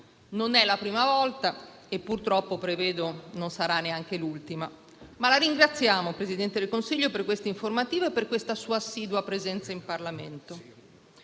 Non è la prima volta e purtroppo prevedo che non sarà neanche l'ultima. La ringraziamo, signor Presidente del Consiglio, per questa informativa e per questa sua assidua presenza in Parlamento.